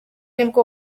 nibwo